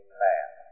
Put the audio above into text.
man